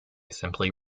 simply